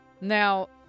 Now